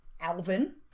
Alvin